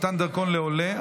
מתן דרכון לעולה),